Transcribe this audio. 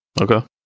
Okay